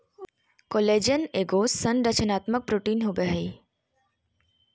collagen एगो संरचनात्मक protein होबैय हइ